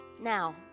Now